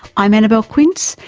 i'm annabelle quince,